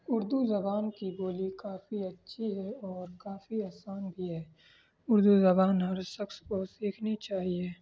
اردو زبان کی بولی کافی اچھی ہے اور کافی آسان بھی ہے اردو زبان ہر شخص کو سیکھنی چاہیے